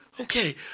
Okay